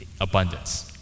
abundance